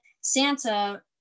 Santa